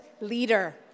leader